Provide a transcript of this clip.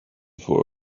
for